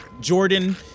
Jordan